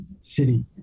city